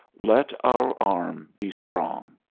let our arm be strong.